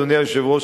אדוני היושב-ראש,